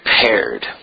prepared